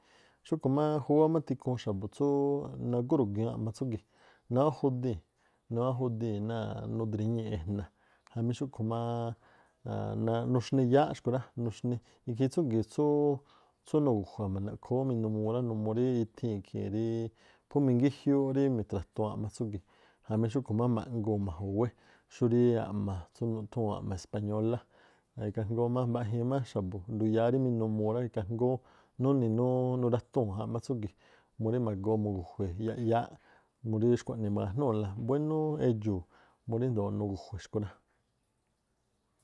Xúꞌkhu̱ má júwá tikhuun xa̱bu̱ tsú nagó ruguiin a̱ꞌma tsúgi̱, nawájudii̱n, nawájudii̱n náa̱a̱ꞌ nudriñii̱ꞌ e̱jna̱ jamí xúkhu má nuxni yáá xkhu̱ rá, nuxni. Ikhiin tsúgi̱ tsúú nugu̱jua̱n mba̱ndaꞌkhoo ú minumuu rá numuu rí ithii̱ ikhii̱ rí phú mingíjúúꞌ rí mithra̱tuun a̱ꞌma tsúgi̱, jamí xúꞌkhu̱ má ma̱nguu̱n ma̱ju̱wé xúrí a̱ꞌma tsú nuthúu̱n a̱ꞌma españólá a ikhaa jngóó má mbaꞌjiin má x̱abu̱ nduyáá rí minumuu rá ikhaa jngóó nuni̱ nuratuu̱n a̱ꞌma tsúgi̱ murí ma̱goo mugu̱jue̱ yaꞌyááꞌ murí xkhuaꞌnii ma̱jnúu̱la buénú edxu̱u̱ murí ríjndo̱o nugu̱jue̱ xkhu̱ rá.